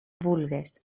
vulgues